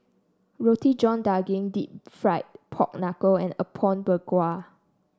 Roti John Daging deep fried Pork Knuckle and Apom Berkuah